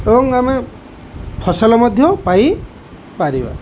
ଏବଂ ଆମେ ଫସଲ ମଧ୍ୟ ପାଇପାରିବା